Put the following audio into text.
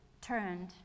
turned